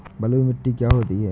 बलुइ मिट्टी क्या होती हैं?